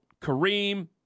Kareem